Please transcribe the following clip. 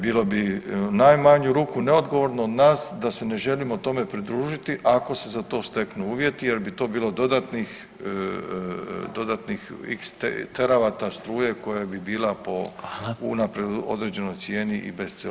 Bilo bi u najmanju ruku neodgovorno od nas da se ne želimo tome pridružiti ako se za to steknu uvjeti jer ti to bilo dodatnih x teravata struje koja bi bila po [[Upadica Reiner: Hvala.]] unaprijed određenoj cijeni i bez CO2.